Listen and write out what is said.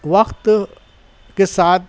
وقت کے ساتھ